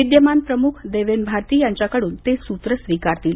विद्यमान प्रमुख देवेन भारती यांच्याकडून ते सूत्रं स्वीकारतील